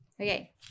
Okay